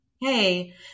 Hey